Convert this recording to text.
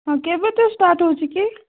ହଁ କେବେ ଠୁ ଷ୍ଟାଟ ହଉଛି କି